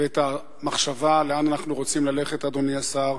ואת המחשבה לאן אנחנו רוצים ללכת, אדוני השר,